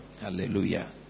Hallelujah